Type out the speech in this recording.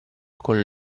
con